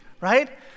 right